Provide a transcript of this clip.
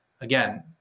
Again